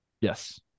Yes